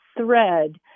thread